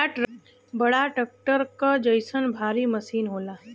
बड़ा ट्रक्टर क जइसन भारी मसीन होला